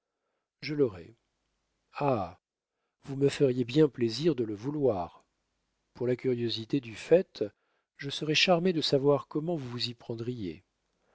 je l'aurai ah vous me feriez bien plaisir de le vouloir pour la curiosité du fait je serais charmée de savoir comment vous vous y prendriez